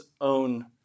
own